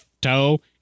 toe